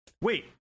Wait